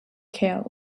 care